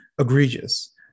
egregious